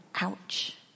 ouch